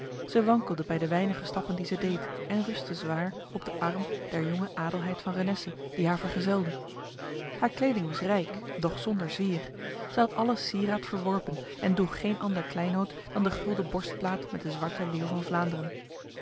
zij wankelde bij de weinige stappen die zij deed en rustte zwaar op de arm der jonge adelheid van renesse die haar vergezelde haar kleding was rijk doch zonder zwier zij had alle sieraad verworpen en droeg geen ander kleinood dan de gulden borstplaat met de zwarte leeuw van vlaanderen